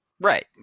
Right